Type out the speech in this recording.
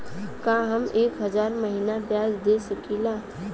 का हम एक हज़ार महीना ब्याज दे सकील?